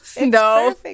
No